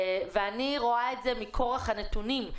אני רואה את זה מכורח הנתונים.